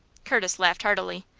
curtis laughed heartily.